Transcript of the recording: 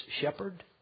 shepherd